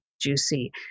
juicy